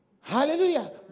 Hallelujah